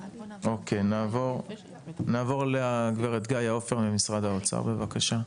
נעבור לגברת גאיה עפר ממשרד האוצר, בבקשה.